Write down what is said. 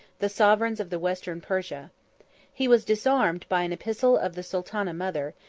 the sovereigns of the western persia he was disarmed by an epistle of the sultana mother,